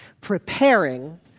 preparing